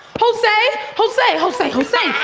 jose, jose, jose, jose,